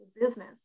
business